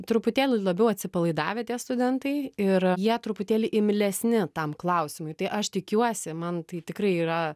truputėlį labiau atsipalaidavę tie studentai ir jie truputėlį imlesni tam klausimui tai aš tikiuosi man tai tikrai yra